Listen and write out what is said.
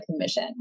commission